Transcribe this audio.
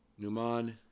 Numan